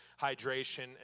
hydration